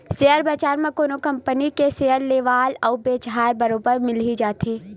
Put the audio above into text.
share बजार म कोनो कंपनी के सेयर लेवाल अउ बेचहार बरोबर मिली जाथे